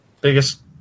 biggest